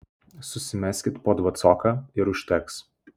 susimeskit po dvacoką ir užteks